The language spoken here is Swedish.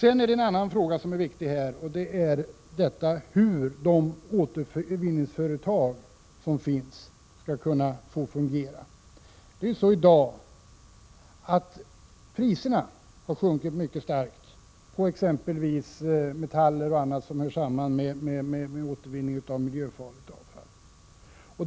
En annan viktig fråga är hur de återvinningsföretag som finns skall fungera. Det är så att priserna på metaller och annat som hör samman med återvinning av miljöfarligt avfall har sjunkit mycket kraftigt.